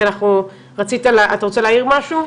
אתה רוצה להעיר משהו?